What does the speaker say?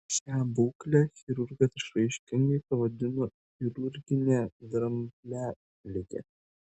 šią būklę chirurgas išraiškingai pavadino chirurgine dramblialige